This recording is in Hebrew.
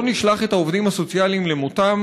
לא נשלח את העובדים הסוציאליים אל מותם.